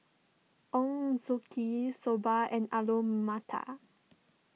Ochazuke Soba and Alu Matar